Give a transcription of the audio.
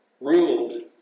ruled